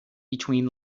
between